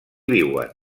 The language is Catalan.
viuen